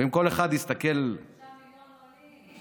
ואם כל אחד יסתכל, שלושה מיליון עולים.